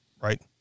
right